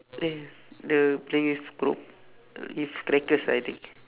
eh the playing with kerop~ it's crackers I think